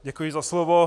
Děkuji za slovo.